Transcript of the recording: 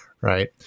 right